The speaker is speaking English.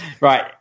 Right